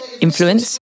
influence